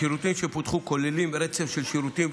השירותים שפותחו כוללים רצף של שירותים,